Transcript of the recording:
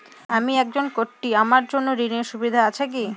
আমি একজন কট্টি আমার জন্য ঋণের সুবিধা আছে কি?